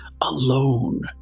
alone